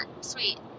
sweet